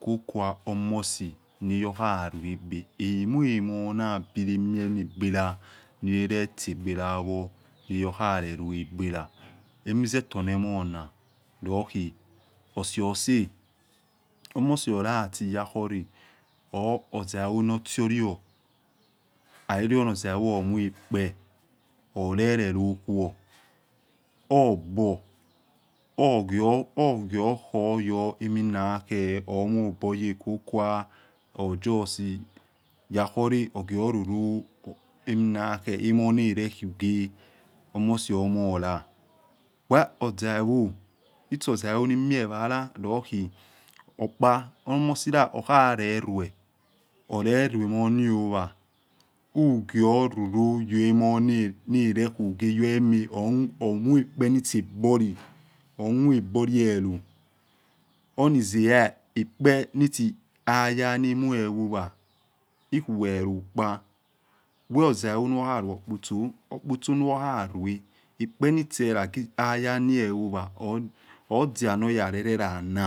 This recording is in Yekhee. kukua omosi oyoha ruegbew emue ϵmo nabi leme na gbele nilile tiagbela wo onilelare ruegbela emizetonemona loho osihose emosi olati yahore or ozaivo lalilo ono ozaivo hamuϵpe orele lo khuor ogbo, orhiorkhoryo eminakhhe omueboye kokua hu justi yakhore ogwor roro eminakhe emona rekhughie emosi lumola wa ozaivo etsi ozaivo nimieh wala loghi okpa ono omosila orhalerue, oluluemoniowa hughio roro yemonarekhuye yo ema ormueekpe ekpoli emueepohelo onizehia ekpenitsayana mue wowa ekhuwelookpa wel ozaivo nyioha ruo opotso, opotso nuyoharue ekperutse odia noyaretelana.